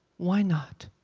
why not?